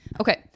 Okay